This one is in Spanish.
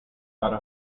para